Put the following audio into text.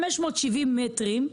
570 מטרים,